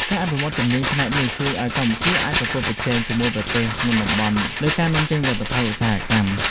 ការអភិវឌ្ឍជំនាញផ្នែកនេះជួយឱ្យកម្ពុជាអាចប្រកួតប្រជែងជាមួយប្រទេសក្នុងតំបន់លើការនាំចេញផលិតផលឧស្សាហកម្ម។